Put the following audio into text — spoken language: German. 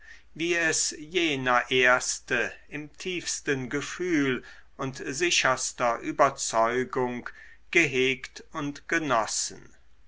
wie es jener erste im tiefsten gefühl und sicherster überzeugung gehegt und genossen